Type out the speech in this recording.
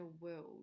world